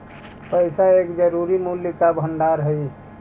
पैसा एक जरूरी मूल्य का भंडार हई